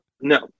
No